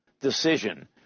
decision